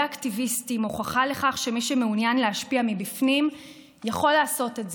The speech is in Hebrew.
אקטיביסטים הוכחה לכך שמי שמעוניין להשפיע מבפנים יכול לעשות את זה.